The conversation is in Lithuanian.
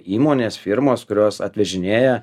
įmonės firmos kurios atvežinėja